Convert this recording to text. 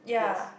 yes